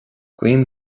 guím